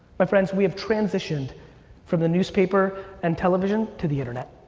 my friends, we have transitioned from the newspaper and television to the internet.